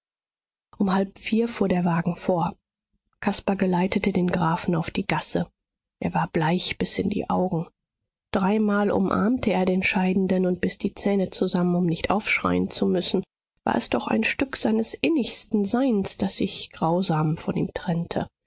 um halb vier fuhr der wagen vor caspar geleitete den grafen auf die gasse er war bleich bis in die augen dreimal umarmte er den scheidenden und biß die zähne zusammen um nicht aufschreien zu müssen war es doch ein stück seines innigsten seins das sich grausam von ihm trennte